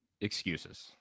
excuses